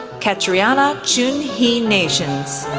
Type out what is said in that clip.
catriana choon-hee nations,